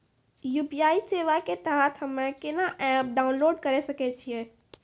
UPI सेवा के तहत हम्मे केना एप्प डाउनलोड करे सकय छियै?